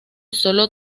solo